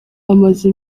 amaze